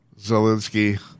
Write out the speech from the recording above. Zelensky